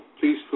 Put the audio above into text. please